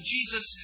Jesus